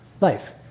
life